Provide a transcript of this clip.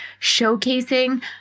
showcasing